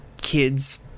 kids